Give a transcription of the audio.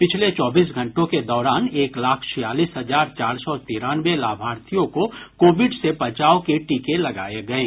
पिछले चौबीस घंटों के दौरान एक लाख छियालीस हजार चार सौ तिरानवे लाभार्थियों को कोविड से बचाव के टीके लगाये गये